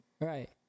right